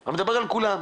אני מדבר על כולם.